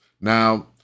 Now